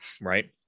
right